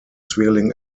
swirling